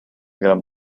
gran